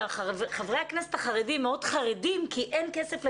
שחברי הכנסת החרדים מאוד חרדים כי אין כסף לישיבות,